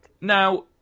Now